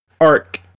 arc